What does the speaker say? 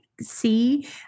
see